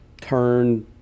turn